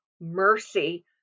Mercy